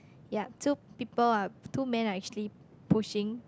ya so people are two men are actually pushing